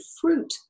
fruit